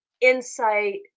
insight